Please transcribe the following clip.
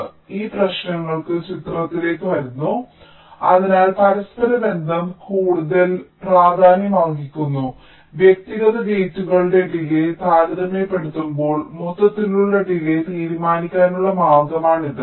അതിനാൽ ഈ പ്രശ്നങ്ങൾ ചിത്രത്തിലേക്ക് വരുന്നു അതിനാൽ പരസ്പരബന്ധം കൂടുതൽ പ്രാധാന്യമർഹിക്കുന്നു വ്യക്തിഗത ഗേറ്റുകളുടെ ഡിലേയ്യ് താരതമ്യപ്പെടുത്തുമ്പോൾ മൊത്തത്തിലുള്ള ഡിലേയ്യ് തീരുമാനിക്കാനുള്ള മാർഗമാണിത്